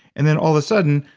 and then, all of a sudden,